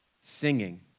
singing